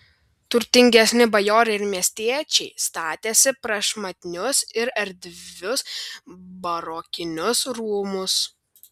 turtingesni bajorai ir miestiečiai statėsi prašmatnius ir erdvius barokinius rūmus